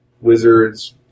Wizards